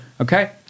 okay